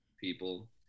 people